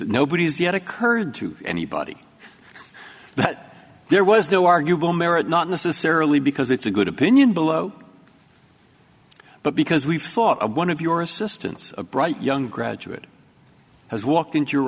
nobody has yet occurred to anybody but there was no arguable merit not necessarily because it's a good opinion below but because we've thought of one of your assistance a bright young graduate has walked into your